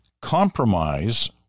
Compromise